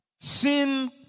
Sin